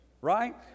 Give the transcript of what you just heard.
right